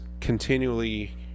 continually